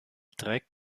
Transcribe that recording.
trägt